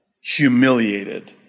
humiliated